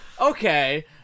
Okay